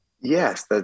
Yes